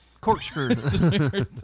corkscrew